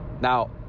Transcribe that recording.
now